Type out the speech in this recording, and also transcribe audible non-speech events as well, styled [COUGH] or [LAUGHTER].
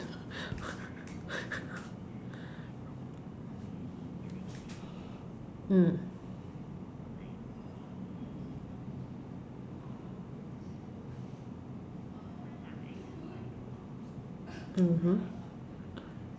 [LAUGHS] mm mmhmm